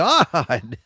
God